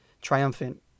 triumphant